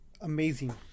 Amazing